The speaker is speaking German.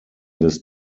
des